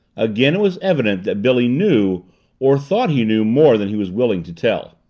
again it was evident that billy knew or thought he knew more than he was willing to tell.